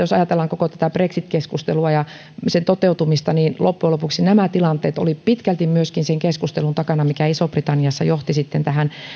jos ajatellaan koko tätä brexit keskustelua ja sen toteutumista niin loppujen lopuksihan nämä tilanteet olivat pitkälti myöskin sen keskustelun takana mikä isossa britanniassa johti sitten tähän